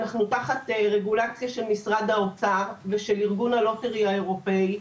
אנחנו תחת רגולציה של משרד האוצר ושל ארגון ה-Lottery האירופי.